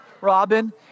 Robin